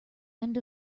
end